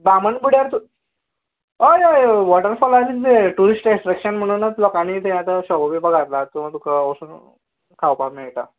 बामनबुड्यार तूं हय हय हय हय वॉटरफोल ट्युपिस्ट डॅस्टिनेशन म्हणून लोकांनी सोरो बिरो घातला सो तुका वचून खावपाक मेळटा